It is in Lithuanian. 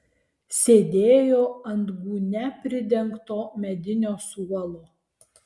sėdėjo ant gūnia pridengto medinio suolo